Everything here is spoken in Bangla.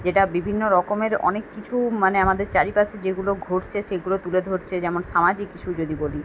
যেটা বিভিন্ন রকমের অনেক কিছু মানে আমাদের চারপাশে যেগুলো ঘুরছে সেগুলো তুলে ধরছে যেমন সামাজিক কিছু যদি বলি